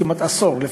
כמעט עשור,